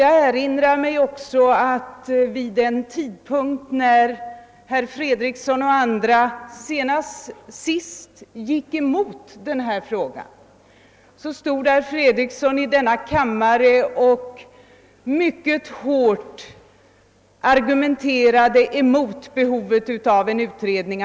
Jag erinrar mig också att vid en tidpunkt när herr Fredriksson och andra senast gick emot denna fråga, stod herr Fredriksson i denna kammare och ar gumenterade mycket hårt mot behovet av en utredning.